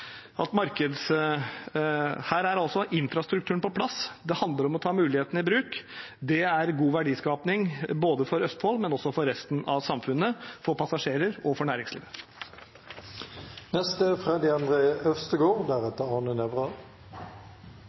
Her er infrastrukturen på plass, det handler om å ta mulighetene i bruk. Det er god verdiskaping både for Østfold og for resten av samfunnet, for passasjerer og for næringslivet.